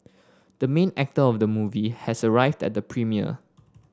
the main actor of the movie has arrived at the premiere